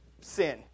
sin